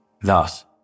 Thus